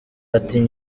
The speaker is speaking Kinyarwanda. ati